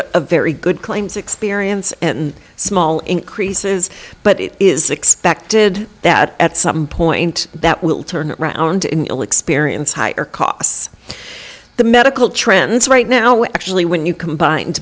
of very good claims experience and small increases but it is expected that at some point that will turn around in ill experience higher costs the medical trends right now actually when you combine